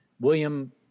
William